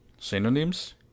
synonyms